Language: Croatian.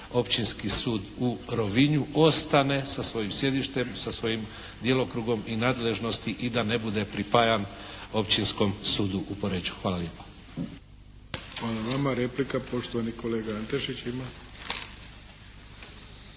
Općinski sud u Rovinju ostane sa svojim sjedištem, sa svojim djelokrugom i nadležnosti i da ne bude pripajan Općinskom sudu u Poreču. Hvala lijepo. **Arlović, Mato (SDP)** Hvala vama. Replika, poštovani kolega Antešić ima.